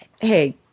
hey